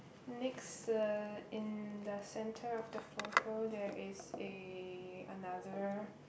next uh in the centre of the photo there is a another